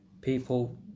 people